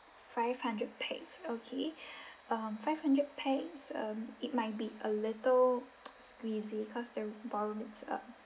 five hundred pax okay uh five hundred pax um it might be a little squeezy because the ballroom is uh